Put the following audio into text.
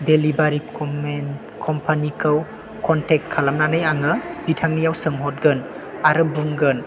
delivery कम्पानिखौ contact खालामनानै आङो बिथांनियाव सोंहतगोन आरो बुंगोन